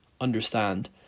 understand